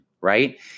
right